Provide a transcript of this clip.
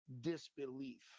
disbelief